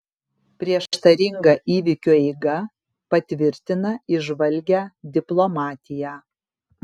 prieštaringa įvykių eiga patvirtina įžvalgią diplomatiją